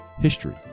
history